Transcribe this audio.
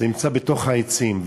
זה נמצא בתוך העצים,